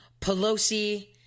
pelosi